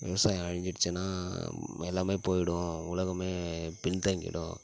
விவசாயம் அழிஞ்சிடுச்சின்னா எல்லாமே போய்விடும் உலகமே பின்தங்கிடும்